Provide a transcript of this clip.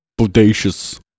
bodacious